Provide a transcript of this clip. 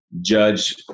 Judge